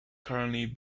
currently